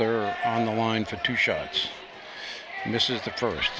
amsler on the line for two shots and this is the first